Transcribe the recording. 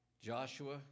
Joshua